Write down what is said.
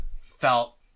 felt